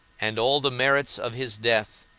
and all the merits of his death,